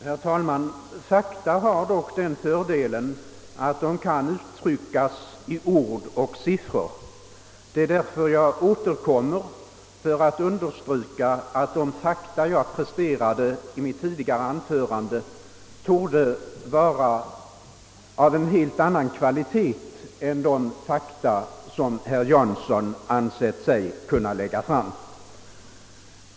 Herr talman! Fakta har dock den fördelen att de kan uttryckas i ord och siffror. Det är därför jag återkommer för att understryka att de fakta jag presterade i mitt tidigare anförande torde vara av en helt annan kvalitet än de som herr Jansson ansett sig kunna lägga fram.